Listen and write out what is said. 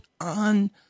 on